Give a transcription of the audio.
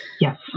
Yes